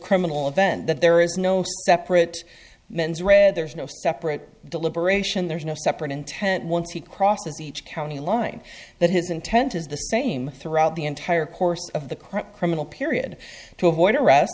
criminal event that there is no separate men's red there's no separate deliberation there's no separate intent once he crosses each county line that his intent is the same throughout the entire course of the current criminal period to avoid arrest